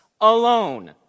alone